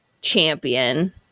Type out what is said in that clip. champion